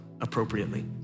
appropriately